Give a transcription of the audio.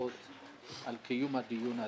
לברכות על קיום הדיון הזה,